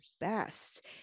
best